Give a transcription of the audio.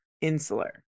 insular